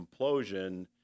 implosion